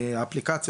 האפליקציה,